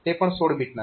તે પણ 16 બીટના છે